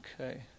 Okay